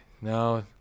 No